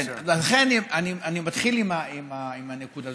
ולכן, אני מתחיל עם הנקודה.